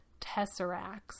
tesseracts